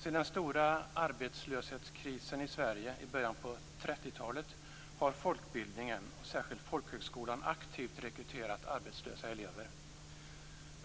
Sedan den stora arbetslöshetskrisen i Sverige i början på 30-talet har folkbildningen och särskilt folkhögskolan aktivt rekryterat arbetslösa elever.